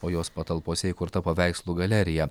o jos patalpose įkurta paveikslų galerija